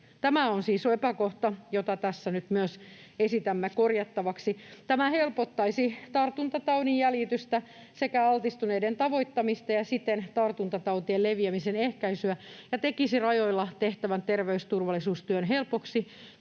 Tämä on siis epäkohta, jota tässä nyt myös esitämme korjattavaksi. Tämä helpottaisi tartuntataudin jäljitystä sekä altistuneiden tavoittamista ja siten tartuntatautien leviämisen ehkäisyä ja tekisi rajoilla tehtävän terveysturvallisuustyön helpoksi.